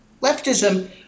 leftism